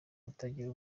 kutagira